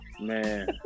Man